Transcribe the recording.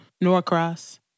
Norcross